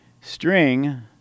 string